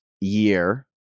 year